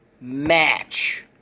match